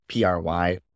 PRY